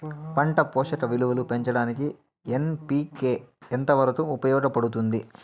పంట పోషక విలువలు పెంచడానికి ఎన్.పి.కె ఎంత వరకు ఉపయోగపడుతుంది